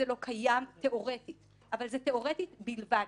חשוב, לפרוטוקול,